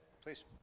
Please